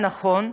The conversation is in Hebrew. נכון,